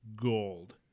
gold